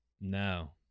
no